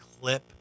clip